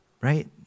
right